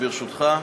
ברשותך.